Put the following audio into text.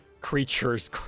creatures